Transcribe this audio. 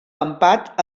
empat